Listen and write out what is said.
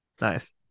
nice